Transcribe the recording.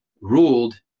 ruled